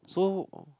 so oh